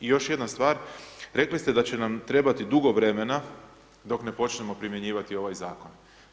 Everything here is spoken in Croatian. I još jedna stvar, rekli ste da će nam trebati dugo vremena dok ne počnemo primjenjivati ovaj zakon.